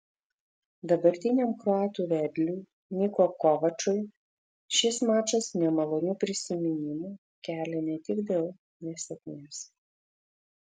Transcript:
dabartiniam kroatų vedliui niko kovačui šis mačas nemalonių prisiminimų kelia ne tik dėl nesėkmės